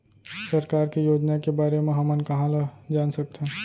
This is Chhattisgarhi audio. सरकार के योजना के बारे म हमन कहाँ ल जान सकथन?